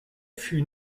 fut